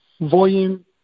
Volume